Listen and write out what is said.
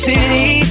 City